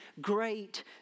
great